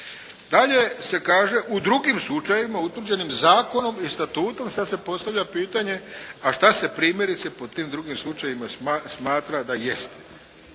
Dalje se kaže, u drugim slučajevima utvrđenim zakonom i statutom. Sad se postavlja pitanje, a šta se primjerice pod tim drugim slučajevima smatra da jeste?